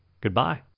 Goodbye